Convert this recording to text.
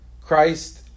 Christ